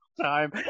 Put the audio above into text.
time